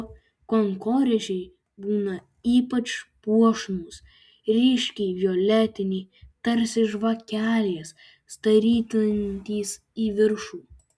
o kankorėžiai būna ypač puošnūs ryškiai violetiniai tarsi žvakelės styrantys į viršų